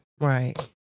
Right